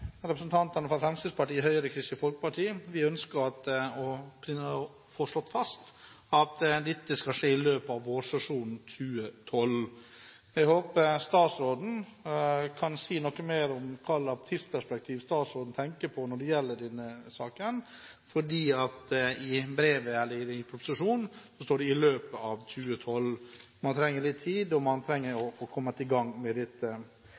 representantene fra Fremskrittspartiet, Høyre og Kristelig Folkeparti, ønsker å få slått fast at dette skal skje i løpet av vårsesjonen 2012. Jeg håper statsråden kan si noe mer om hva slags tidsperspektiv han tenker på når det gjelder denne saken, for i proposisjonen står det «i 2012». Man trenger litt tid, og man trenger å få kommet i gang med dette.